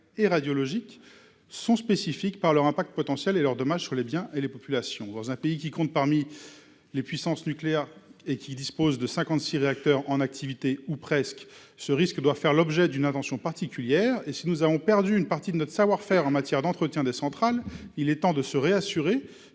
et radiologique est spécifique de par son impact potentiel et les dommages qu'il peut entraîner sur les biens et les populations. Dans un pays qui compte parmi les puissances nucléaires et qui dispose de 56 réacteurs en activité, ou presque, ce risque doit faire l'objet d'une attention particulière. Et si nous avons perdu une partie de notre savoir-faire en matière d'entretien des centrales, il est temps de se réassurer